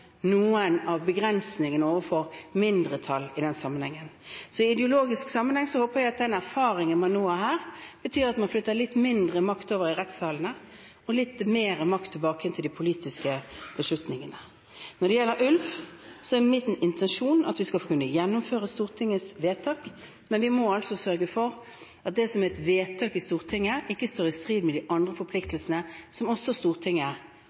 noen av begrensningene overfor mindretall i den sammenhengen. I ideologisk sammenheng håper jeg at den erfaringen man nå har, betyr at man flytter litt mindre makt over til rettssalene og litt mer makt tilbake igjen til de politiske beslutningene. Når det gjelder ulv, er min intensjon at vi skal kunne gjennomføre Stortingets vedtak, men vi må sørge for at det som er et vedtak i Stortinget, ikke er i strid med de andre forpliktelsene vi har, som Stortinget